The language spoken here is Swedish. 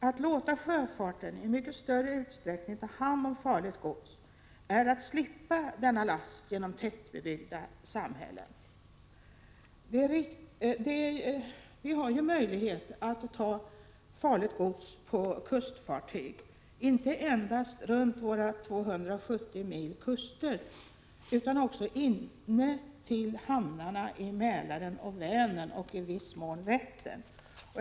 Att låta sjöfarten i mycket större utsträckning ta hand om farligt gods är att slippa denna last genom tätbebyggda samhällen Vi har möjlighet att ta farligt gods på kustfartyg, inte endast runt våra 270 mil kuster utan också till hamnarna i Mälaren och Vänern och i viss mån Vättern.